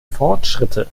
fortschritte